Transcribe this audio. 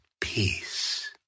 Peace